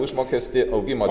užmokestį augimo